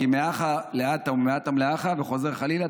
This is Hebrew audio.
כי מהכא להתם ומהתם להכא וחוזר חלילה,